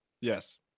yes